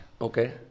Okay